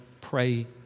pray